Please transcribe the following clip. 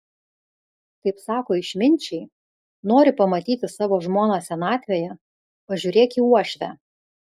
kaip sako išminčiai nori pamatyti savo žmoną senatvėje pažiūrėk į uošvę